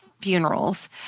funerals